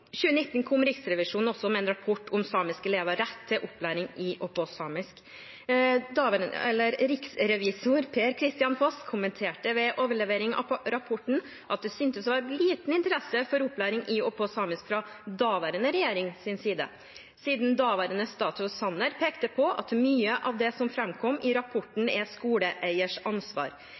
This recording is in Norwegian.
2019 kom Riksrevisjonen med en rapport om samiske elevers rett til opplæring i og på samisk. Riksrevisor Per-Kristian Foss kommenterte ved overleveringen av rapporten at det syntes å være liten interesse for opplæring i og på samisk fra daværende regjerings side, siden daværende statsråd Jan Tore Sanner pekte på at mye av det som framkom i rapporten, er skoleeiers ansvar.